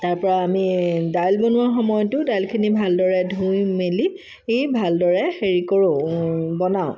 তাৰপৰা আমি দাইল বনোৱা সময়তো দাইলখিনি ভালদৰে ধুই মেলি ভালদৰে হেৰি কৰোঁ বনাওঁ